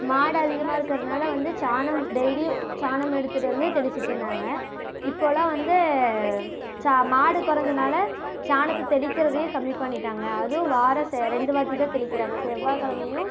மாடு அதிகமாக இருக்கிறதுனால வந்து சாணம் டெய்லி சாணம் எடுத்துகிட்டு வந்து தெளிச்சுட்டு இருந்தாங்க இப்போலாம் வந்து சா மாடு குறைஞ்சனால் சாணத்தை தெளிக்கிறதே கம்மி பண்ணிவிட்டாங்க அதுவும் வாரம் செ ரெண்டு வாட்டி தான் தெளிக்கிறாங்க செவ்வாய் கிழமையும்